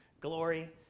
glory